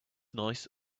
nice